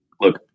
look